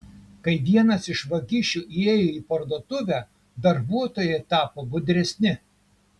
kai vienas iš vagišių įėjo į parduotuvę darbuotojai tapo budresni